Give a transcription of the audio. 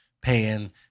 Paying